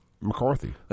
McCarthy